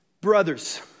Brothers